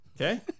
Okay